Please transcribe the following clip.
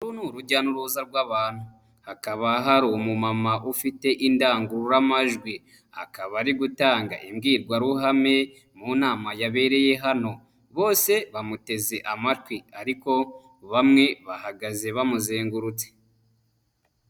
Uru ni urujya n'uruza rw'abantu. Hakaba hari umumama ufite indangururamajwi. Akaba ari gutanga imbwirwaruhame mu nama yabereye hano. Bose bamuteze amatwi ariko bamwe bahagaze bamuzengurutse.